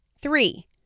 Three